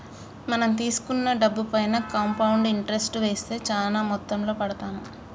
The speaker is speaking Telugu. మనం తీసుకున్న డబ్బుపైన కాంపౌండ్ ఇంటరెస్ట్ వేస్తే చానా మొత్తంలో పడతాది